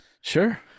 Sure